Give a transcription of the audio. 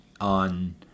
on